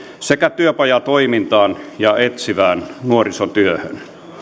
sekä työpajatoimintaan ja etsivään nuorisotyöhön